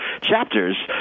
chapters